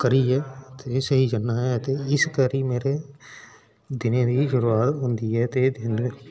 करियै सेई जन्नां ते इस करी मेरे दिने दी शूरुआत होंदी ऐ एह् दिन